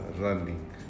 running